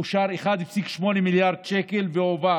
אושרו 1.8 מיליארד שקל והועברו